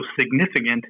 significant